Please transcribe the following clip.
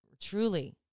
truly